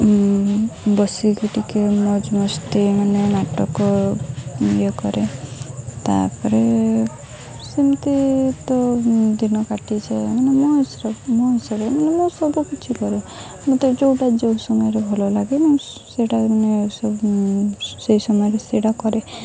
ବସିକି ଟିକେ ମୌଜ ମସ୍ତି ମାନେ ନାଟକ ଇଏ କରେ ତାପରେ ସେମିତି ତ ଦିନ କାଟିଛେ ମାନେ ରେ ମାନେ ମୁଁ ସବୁକିଛି କରେ ମୋତେ ଯୋଉଟା ଯେଉଁ ସମୟରେ ଭଲ ଲାଗେ ମୁଁ ସେଟା ମାନେ ସବୁ ସେଇ ସମୟରେ ସେଇଟା କରେ